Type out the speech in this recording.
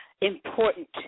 important